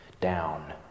down